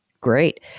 Great